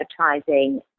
advertising